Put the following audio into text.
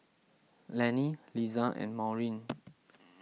Laney Liza and Maureen